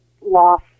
loss